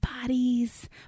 bodies